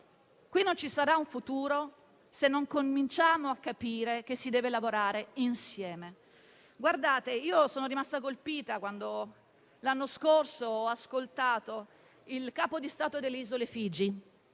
non ci sarà un futuro, se non cominciamo a capire che si deve lavorare insieme. Sono rimasta colpita quando l'anno scorso ho ascoltato il Capo di Stato delle isole Fiji,